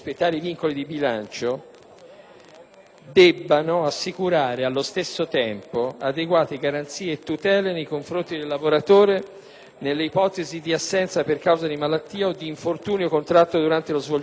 debbano assicurare, allo stesso tempo, adeguate garanzie e tutele nei confronti del lavoratore, nelle ipotesi di assenza per causa di malattia o di infortunio contratto durante lo svolgimento dell'attività lavorativa.